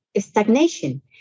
stagnation